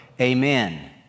Amen